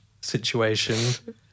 situation